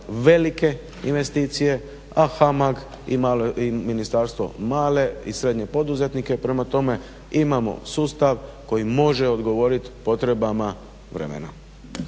velike investicije, a HAMAG i ministarstvo male i srednje poduzetnike. Prema tome, imamo sustav koji može odgovorit potrebama vremena.